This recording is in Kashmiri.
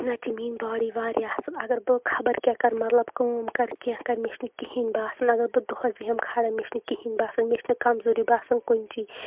نَتہٕ چھِ میٲنۍ باڈی واریاہ اَصل اَگر بہٕ خَبر کیاہ کَرٕ مطلب کٲم کَرٕ کینٛہہ کَرٕ مےٚ چھُنہٕ کِہیٖنۍ باسان اَگر بہٕ دۄہس بیٚہمہٕ کھَڑا مےٚ چھُنہٕ کِہیٖنۍ باسان مےٚ چھنہٕ کَمزوری باسان کُنہِ چی